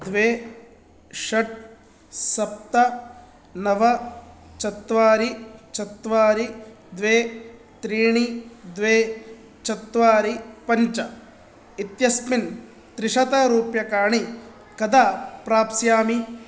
द्वे षट् सप्त नव चत्वारि चत्वारि द्वे त्रीणि द्वे चत्वारि पञ्च इत्यस्मिन् त्रिशतरूप्यकाणि कदा प्राप्स्यामि